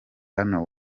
hano